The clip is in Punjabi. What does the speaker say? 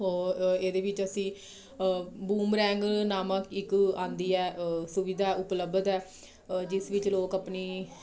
ਔਰ ਇਹਦੇ ਵਿੱਚ ਅਸੀਂ ਬੂੰਮਰੈਂਗ ਨਾਮਕ ਇੱਕ ਆਉਂਦੀ ਹੈ ਸੁਵਿਧਾ ਉਪਲਬਧ ਹੈ ਜਿਸ ਵਿੱਚ ਲੋਕ ਆਪਣੀ